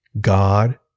God